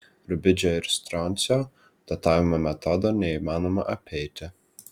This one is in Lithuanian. rubidžio ir stroncio datavimo metodo neįmanoma apeiti